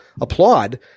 applaud